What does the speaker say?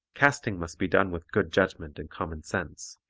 casting must be done with good judgment and common sense.